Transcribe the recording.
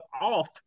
off